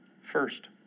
first